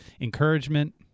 encouragement